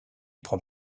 prend